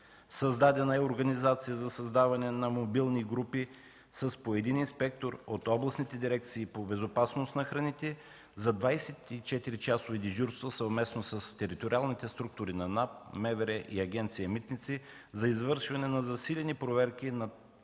Създадена е организация за създаване на мобилни групи с по един инспектор от областните дирекции по безопасност на храните за 24-часови дежурства, съвместно с териториалните структури на НАП, МВР и Агенция „Митници” за извършване на засилени проверки на транспортните